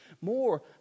more